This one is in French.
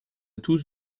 tous